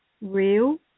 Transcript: real